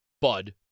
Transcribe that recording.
bud